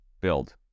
build